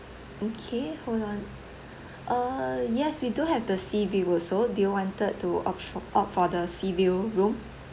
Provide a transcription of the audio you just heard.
okay hold on uh yes we do have the seaview also do you wanted to opt opt for the seaview room